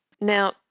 Now